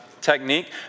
technique